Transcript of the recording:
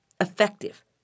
effective